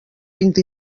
vint